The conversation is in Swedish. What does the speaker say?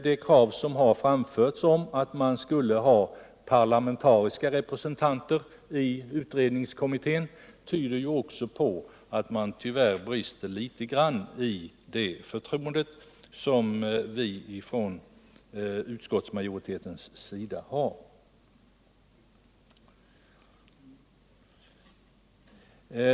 Det krav som framförts om parlamentariska representanter i utredningskommittén tyder också på att man tyvärr brister litet i det förtroende, som vi från utskottsmajoritetens sida har.